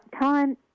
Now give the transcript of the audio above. time